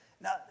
Now